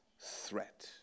threat